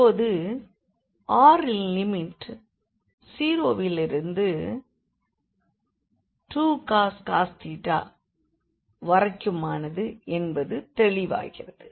இப்போது r ன் limit 0 விலிருந்து 2cos வரைக்குமானது என்பது தெளிவாகிறது